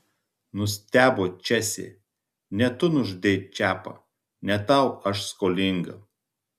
nustebo česė ne tu nužudei čepą ne tau aš skolinga